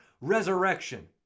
resurrection